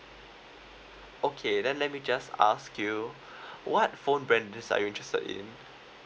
okay then let me just ask you what phone brands are you interested in